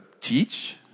teach